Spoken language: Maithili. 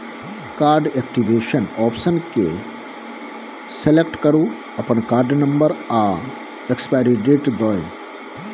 कार्ड एक्टिबेशन आप्शन केँ सेलेक्ट करु अपन कार्ड नंबर आ एक्सपाइरी डेट दए